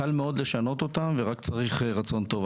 קל מאוד לשנות אותם ורק צריך רצון טוב.